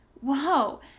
Whoa